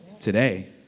today